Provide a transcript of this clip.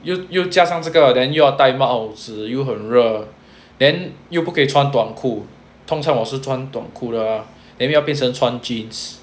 又又加上这个 then 又要戴帽子又很热 then 又不可以穿短裤通常我是穿短裤的 lah then 现在要变成穿 jeans